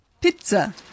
pizza